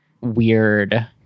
weird